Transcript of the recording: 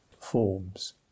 Forms